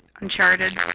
Uncharted